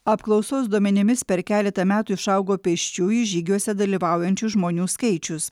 apklausos duomenimis per keletą metų išaugo pėsčiųjų žygiuose dalyvaujančių žmonių skaičius